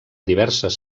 diverses